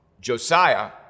Josiah